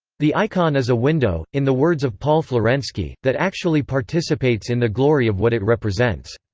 the icon is a window, in the words of paul florensky, that actually participates in the glory of what it represents.